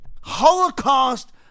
Holocaust